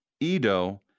Edo